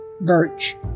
birch